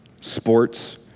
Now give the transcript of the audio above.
sports